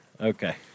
Okay